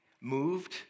moved